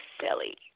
silly